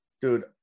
Dude